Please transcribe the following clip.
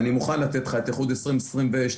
אני מוכן לתת לך את איחוד 2021 ו-2022,